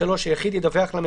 על היחיד יחולו הוראות